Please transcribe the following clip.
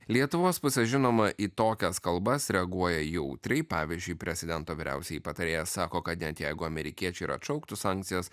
lietuvos pusė žinoma į tokias kalbas reaguoja jautriai pavyzdžiui prezidento vyriausioji patarėja sako kad net jeigu amerikiečiai ir atšauktų sankcijas